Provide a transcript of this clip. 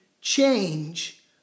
change